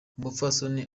umupfasoni